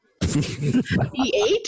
V8